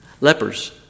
Lepers